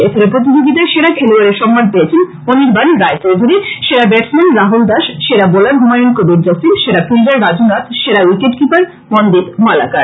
এছাড়া প্রতিযোগীতায় সেরা খেলোয়াড়ের সম্মান পেয়েছেন অনির্বাণ রায় চৌধুরী সেরা ব্যাটসম্যান রাহুল দাস সেরা বোলার হুমায়ুন কবির জসিম সেরা ফিন্ডার রাজু নাথ সেরা উইকেট কিপার মনদীপ মালাকার